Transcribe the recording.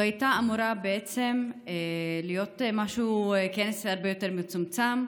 זה היה אמור בעצם להיות כנס הרבה יותר מצומצם,